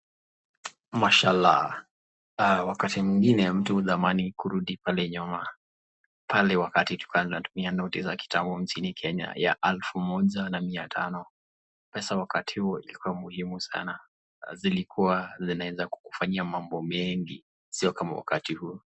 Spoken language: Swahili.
Masha-Allah. Ah, wakati mwingine mtu udhamini kurudi pale nyuma. Pale wakati tulikuwa tunatumia noti za kitambo mjini Kenya ya elfu moja na mia tano. Pesa wakati huo ilikuwa muhimu sana. Zilikuwa zinaweza kukufanyia mambo mengi, si kama wakati huu.